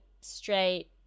straight